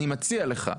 אני מציע לך,